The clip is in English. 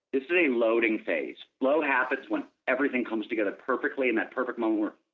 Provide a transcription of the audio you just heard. this is a loading phase. flow happens when everything comes together perfectly in that perfect moment,